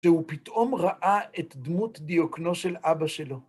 כשהוא פתאום ראה את דמות דיוקנו של אבא שלו.